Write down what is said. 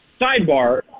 sidebar